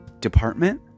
department